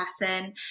person